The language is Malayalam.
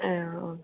ആ ഓക്കെ